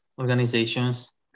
organizations